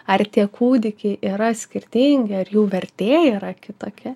ar tie kūdikiai yra skirtingi ar jų vertė yra kitokia